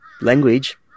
language